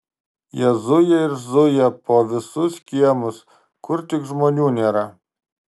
jie zuja ir zuja po visus kiemus kur tik žmonių nėra